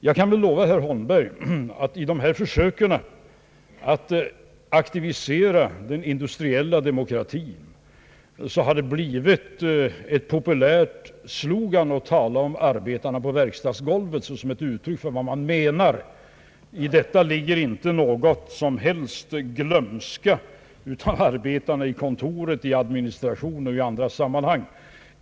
Det har väl, herr Holmberg, i dessa försök att aktivisera den industriella demokratin blivit en populär slogan att tala om arbetarna på verkstadsgolvet såsom ett uttryck för vad man menar. I detta uttryck ligger inte någon som helst glömska, av arbetarna på kontor, i administration och i andra sammanhang.